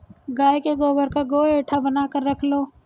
गाय के गोबर का गोएठा बनाकर रख लो